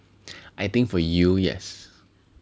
I think for you yes